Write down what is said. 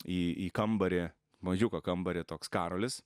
į į kambarį mažiuką kambarį toks karolis